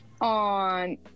on